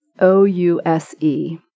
O-U-S-E